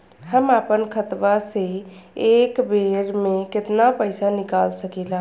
हम आपन खतवा से एक बेर मे केतना पईसा निकाल सकिला?